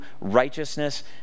righteousness